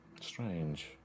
Strange